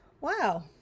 wow